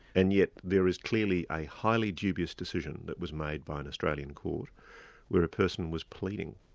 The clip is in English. and yet there is clearly a highly dubious decision that was made by an australian court where a person was pleading,